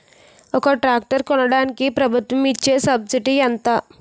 ఒక ట్రాక్టర్ కొనడానికి ప్రభుత్వం ఇచే సబ్సిడీ ఎంత?